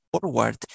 forward